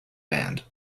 band